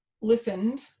listened